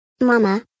Mama